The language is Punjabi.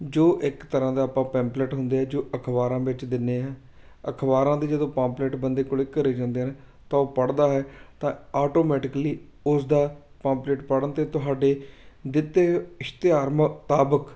ਜੋ ਇੱਕ ਤਰ੍ਹਾਂ ਦਾ ਆਪਾਂ ਪੈਂਪਲੇਟ ਹੁੰਦੇ ਹੈ ਜੋ ਅਖ਼ਬਾਰਾਂ ਵਿੱਚ ਦਿੰਦੇ ਹੈ ਅਖ਼ਬਾਰਾਂ ਦੇ ਜਦੋਂ ਪੈਂਪਲੇਟ ਬੰਦੇ ਕੋਲ ਘਰ ਜਾਂਦੇ ਹਨ ਤਾਂ ਉਹ ਪੜ੍ਹਦਾ ਹੈ ਤਾਂ ਆਟੋਮੈਟੀਕਲੀ ਉਸਦਾ ਪੈਂਪਲੇਟ ਪੜ੍ਹਨ 'ਤੇ ਤੁਹਾਡੇ ਦਿੱਤੇ ਇਸ਼ਤਿਹਾਰ ਮੁਤਾਬਕ